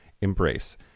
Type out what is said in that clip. embrace